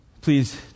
Please